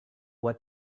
what